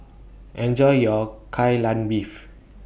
Enjoy your Kai Lan Beef